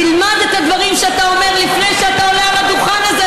תלמד את הדברים שאתה אומר לפני שאתה עולה על הדוכן הזה,